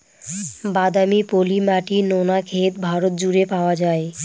বাদামি, পলি মাটি, নোনা ক্ষেত ভারত জুড়ে পাওয়া যায়